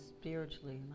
spiritually